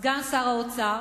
סגן שר האוצר,